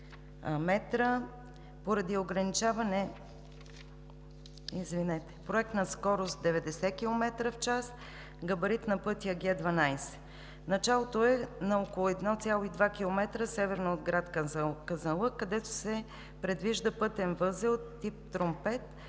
трасето – 3160 м, проектна скорост – 90 км/ч, габарит на пътя – Г12. Началото е на около 1,2 км северно от град Казанлък, където се предвижда пътен възел тип „Тромпет“.